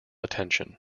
attention